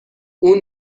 اون